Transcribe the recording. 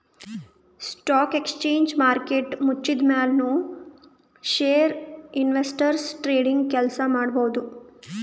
stock exchange market ಮುಚ್ಚಿದ್ಮ್ಯಾಲ್ ನು share investors trading ಕೆಲ್ಸ ಮಾಡಬಹುದ್